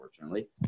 unfortunately